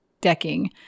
decking